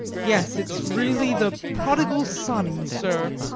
yes, it's really the prodigal son, sir.